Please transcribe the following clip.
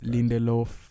Lindelof